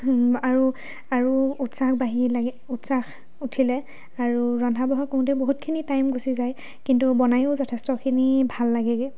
আৰু আৰু উৎসাহ বাঢ়িলে উৎসাহ উঠিলে আৰু ৰন্ধা বঢ়া কৰোঁতে বহুতখিনি টাইম গুচি যায় কিন্তু বনাইয়ো যথেষ্টখিনি ভাল লাগেগৈ